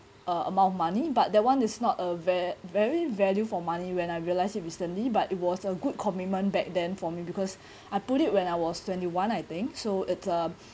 uh amount of money but that one is not a ver~ very value for money when I realise it recently but it was a good commitment back then for me because I put it when I was twenty one I think so it's uh